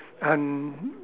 and